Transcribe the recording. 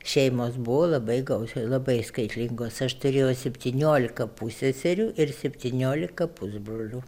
šeimos buvo labai gausios labai skaitlingos aš turėjau septyniolika pusseserių ir septyniolika pusbrolių